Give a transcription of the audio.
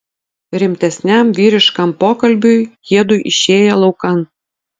rimtesniam vyriškam pokalbiui jiedu išėję laukan